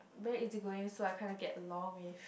very easygoing so I kind of get along with